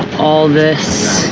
all this